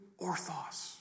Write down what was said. orthos